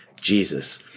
Jesus